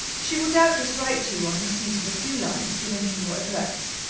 she will doubtless write to you on receipt of a few lines giving her your address.